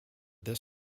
this